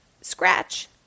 scratch